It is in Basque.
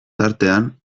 tartean